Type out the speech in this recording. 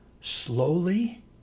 slowly